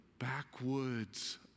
backwoods